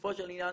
לגופו של עניין,